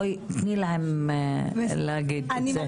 תני להן להגיד את זה.